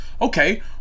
Okay